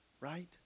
Right